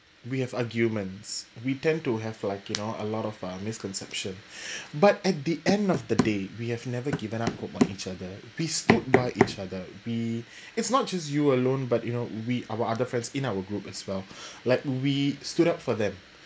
we have arguments we tend to have like you know a lot of uh misconception but at the end of the day we have never given up hope on each other we stood by each other we it's not just you alone but you know we our other friends in our group as well like we stood up for them